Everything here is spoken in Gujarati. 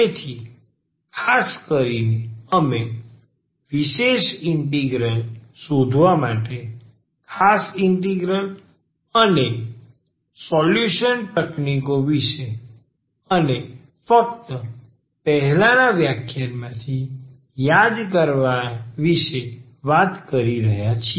તેથી ખાસ કરીને અમે વિશેષ ઇન્ટિગ્રલ શોધવા માટેના ખાસ ઇન્ટિગ્રલ અને સોલ્યુશન તકનીકો વિશે અને ફક્ત પહેલાના વ્યાખ્યાનમાંથી યાદ કરવા વિશે વાત કરી રહ્યા છીએ